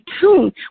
tune